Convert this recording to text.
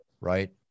right